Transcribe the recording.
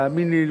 תאמין לי,